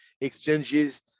exchanges